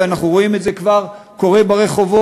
ואנחנו רואים את זה כבר קורה ברחובות,